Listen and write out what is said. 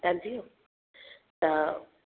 त जीअं त